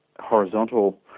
horizontal